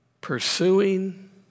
pursuing